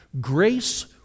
Grace